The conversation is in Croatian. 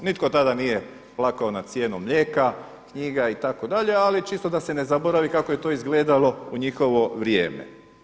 Nitko tada nije plakao nad cijenom mlijeka, knjiga itd., ali čisto da se ne zaboravi kako je to izgledalo u njihovo vrijeme.